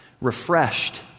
refreshed